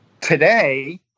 today